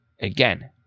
Again